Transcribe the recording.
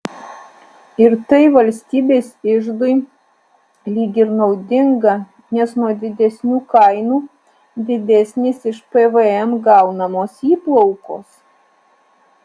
ir tai valstybės iždui lyg ir naudinga nes nuo didesnių kainų didesnės iš pvm gaunamos įplaukos